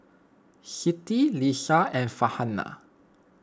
Siti Lisa and Farhanah